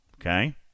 Okay